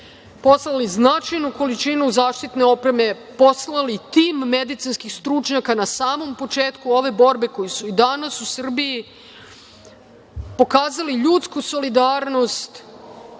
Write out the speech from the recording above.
poslali značajnu količinu zaštitne opreme, poslali tim medicinskih stručnjaka na samom početku ove borbe, koji su i danas u Srbiji, pokazali ljudsku solidarnost.